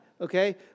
Okay